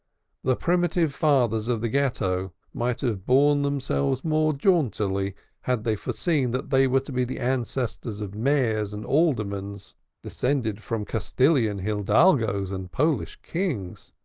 the primitive fathers of the ghetto might have borne themselves more jauntily had they foreseen that they were to be the ancestors of mayors and aldermen descended from castilian hidalgos and polish kings,